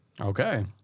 Okay